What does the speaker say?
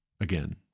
again